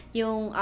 yung